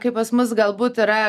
kai pas mus galbūt yra